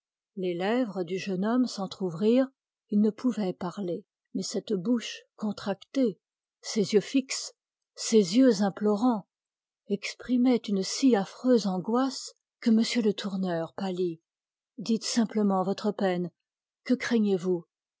les lèvres du jeune homme s'entrouvrirent il ne pouvait parler mais cette bouche contractée ces yeux fixes ces yeux implorants exprimaient une si affreuse angoisse que m le tourneur pâlit dites simplement votre peine que craignez-vous